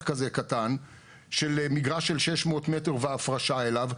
כזה קטן של מגרש של 600 מטר והפרשה אליו.